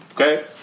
Okay